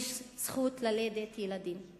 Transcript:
יש זכות ללדת ילדים.